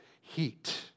heat